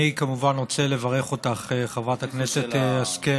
אני כמובן רוצה לברך אותך חברת הכנסת השכל